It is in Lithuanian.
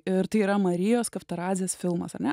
ir tai yra marijos kavtaradzės filmas ar ne